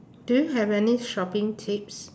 do you have any shopping tips